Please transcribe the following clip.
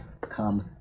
come